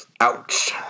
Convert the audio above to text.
ouch